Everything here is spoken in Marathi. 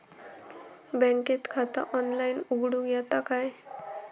बँकेत खाता ऑनलाइन उघडूक येता काय?